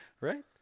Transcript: Right